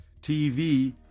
TV